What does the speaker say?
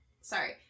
sorry